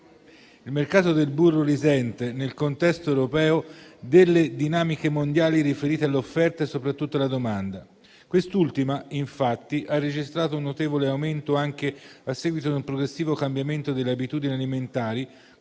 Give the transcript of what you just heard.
Il mercato del burro risente, nel contesto europeo, delle dinamiche mondiali riferite all'offerta e soprattutto alla domanda. Quest'ultima, infatti, ha registrato un notevole aumento anche a seguito di un progressivo cambiamento delle abitudini alimentari,